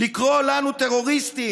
לקרוא לנו טרוריסטים,